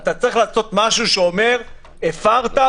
אתה צריך לעשות משהו שאומר: הפרת,